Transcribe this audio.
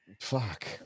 Fuck